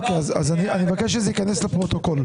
אוקיי, אז אני מבקש שזה יכנס לפרוטוקול.